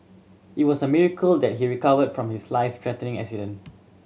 it was a miracle that he recovered from his life threatening accident